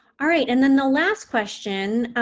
all right, and then the last question,